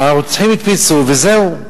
הרוצחים נתפסו, וזהו.